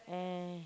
and